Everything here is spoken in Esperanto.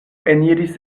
eniris